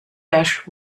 ash